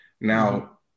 Now